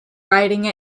riding